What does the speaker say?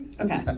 okay